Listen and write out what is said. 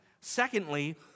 Secondly